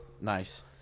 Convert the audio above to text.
nice